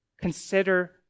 consider